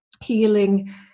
healing